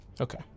Okay